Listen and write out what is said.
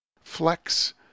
Flex